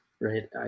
right